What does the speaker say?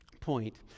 point